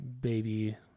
baby